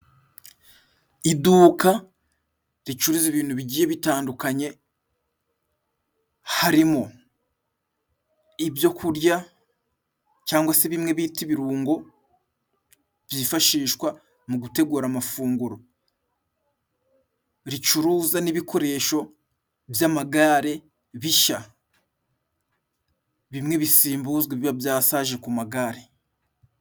Iduka ricuruza ibintu bigiye bitandukanye harimo :ibyo kurya cyangwa se bimwe bita ibirungo ,byifashishwa mu gutegura amafunguro, ricuruza n'ibikoresho by'amagare bishya ,bimwe bisimbuzwa ibiba byasaje ku magare.